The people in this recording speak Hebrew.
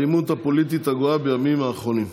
האלימות הפוליטית הגואה בימים האחרונים,